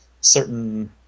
certain –